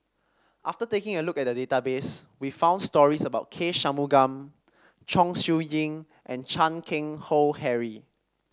after taking a look at the database we found stories about K Shanmugam Chong Siew Ying and Chan Keng Howe Harry